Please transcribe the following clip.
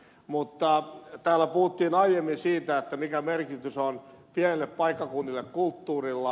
mutta täällä puhuttiin aiemmin siitä mikä merkitys on pienille paikkakunnille kulttuurilla